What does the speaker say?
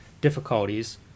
difficulties